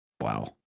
Wow